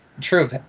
true